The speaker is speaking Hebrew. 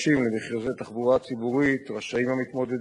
אחרי תשובת השר תהיה הצעה